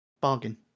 Bargain